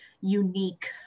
unique